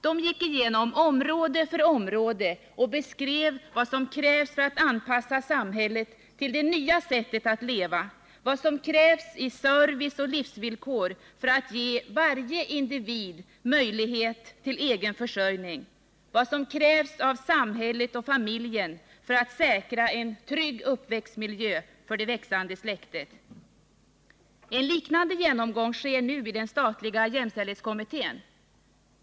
De gick igenom område för område och beskrev vad som krävs för att anpassa samhället till det nya sättet att leva, vad som krävs i service och livsvillkor för att ge varje individ möjlighet till egen försörjning, vad som krävs av samhället och familjen för att säkra en trygg uppväxtmiljö för det växande släktet. En liknande genomgång sker nu i den statliga jämställdhetskommittén.